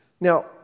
Now